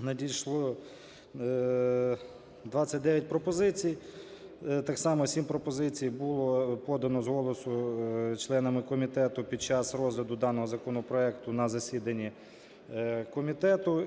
надійшло 29 пропозицій. Так само 7 пропозицій було подано з голосу членами комітету під час розгляду даного законопроекту на засіданні комітету.